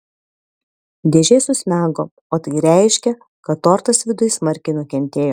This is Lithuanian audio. dėžė susmego o tai reiškė kad tortas viduj smarkiai nukentėjo